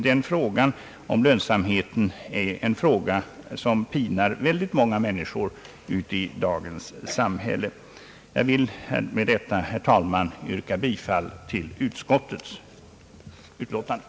Lönsamhetens otillräcklighet är ett spörsmål, som många människor pinas av i dagens samhälle. Jag vill med detta, herr talman, yrka bifall till utskottets hemställan.